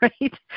right